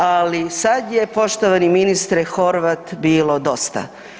Ali sada je poštovani ministre Horvat bilo dosta.